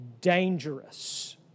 dangerous